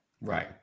right